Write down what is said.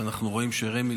אנחנו רואים שרמ"י,